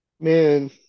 Man